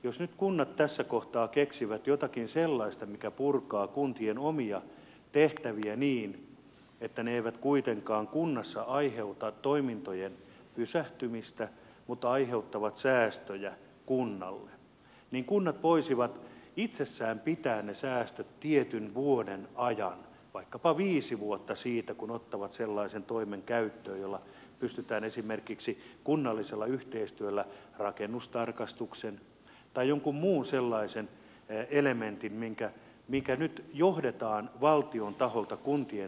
jos nyt kunnat tässä kohtaa keksivät jotakin sellaista mikä purkaa kuntien omia tehtäviä niin että ne eivät kuitenkaan kunnassa aiheuta toimintojen pysähtymistä mutta aiheuttavat säästöjä kunnalle niin kunnat voisivat itsessään pitää ne säästöt tietyn ajan vaikkapa viisi vuotta siitä kun ottavat sellaisen toimen käyttöön jolla pystytään purkamaan esimerkiksi kunnallisella yhteistyöllä rakennustarkastus tai joku muu sellainen elementti mikä nyt johdetaan valtion taholta kuntien tehtäväksi